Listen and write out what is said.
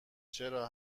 چرا